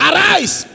Arise